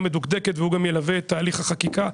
מדוקדקת והוא גם ילווה את תהליך החקיקה,